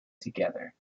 together